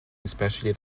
especially